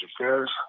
affairs